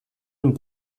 den